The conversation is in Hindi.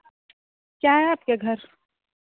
क्या है आपके घर